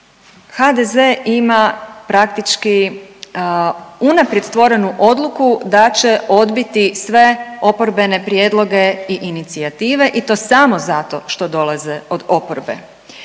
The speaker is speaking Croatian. HDZ ima praktički unaprijed tvorenu odluku da će odbiti sve oporbene prijedloge i inicijative i to samo zato što dolaze od oporbe.